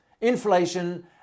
inflation